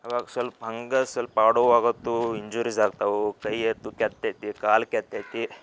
ಅವಾಗ ಸ್ವಲ್ಪ ಹಂಗೆ ಸ್ವಲ್ಪ ಆಡುವಾಗಂತೂ ಇಂಜುರಿಸ್ ಆಗ್ತವೆ ಕೈ ಎತ್ತು ಕೆತ್ತೈತಿ ಕಾಲು ಕೆತ್ತೈತಿ